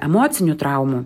emocinių traumų